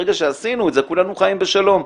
ברגע שעשינו את זה כולנו חיים בשלום.